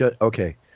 Okay